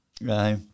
right